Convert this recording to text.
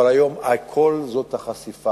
אבל היום הכול זה החשיפה,